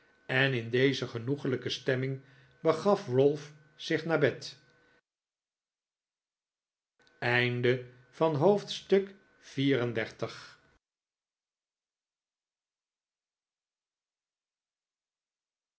en in deze genoeglijke stemming begaf ralph zich naar bed hoofdstuk